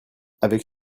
avec